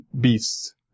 beasts